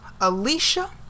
Alicia